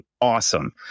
awesome